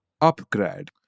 upgrade